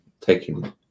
Taking